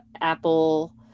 Apple